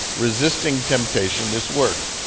resisting temptation is work.